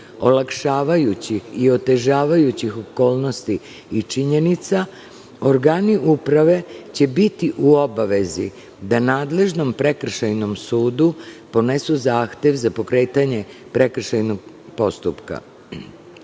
olakšavajućih i otežavajućih okolnosti i činjenica, organi uprave će biti u obavezi da nadležnom prekršajnom sudu podnesu zahtev za pokretanje prekršajnog postupka.Za